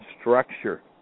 structure